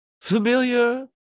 familiar